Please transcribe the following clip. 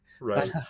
Right